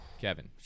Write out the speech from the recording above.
Kevin